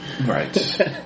Right